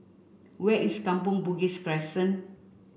where is Kampong Bugis Crescent